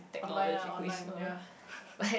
online ah online ya